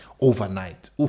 overnight